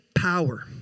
power